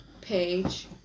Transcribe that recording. page